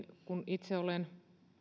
kun itse olen